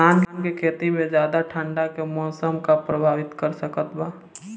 धान के खेती में ज्यादा ठंडा के मौसम का प्रभावित कर सकता बा?